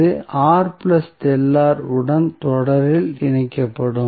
இது உடன் தொடரில் இணைக்கப்படும்